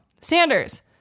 Sanders